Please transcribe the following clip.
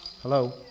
Hello